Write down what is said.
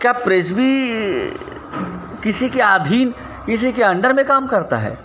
क्या प्रेस भी किसी के अधीन किसी के अंडर में काम करता है